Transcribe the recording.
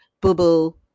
boo-boo